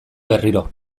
berriro